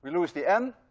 lose the m,